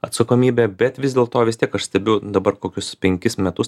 atsakomybė bet vis dėl to vis tiek aš stebiu dabar kokius penkis metus